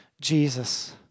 Jesus